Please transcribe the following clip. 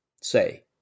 say